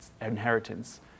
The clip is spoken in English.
inheritance